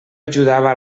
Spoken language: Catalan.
ajudava